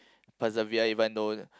persevere even though